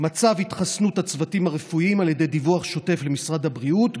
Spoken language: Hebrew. מצב התחסנות הצוותים הרפואיים על ידי דיווח שוטף למשרד הבריאות,